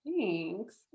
Thanks